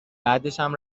بعدشم